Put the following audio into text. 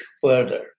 further